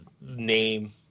name